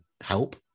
help